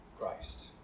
Christ